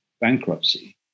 bankruptcy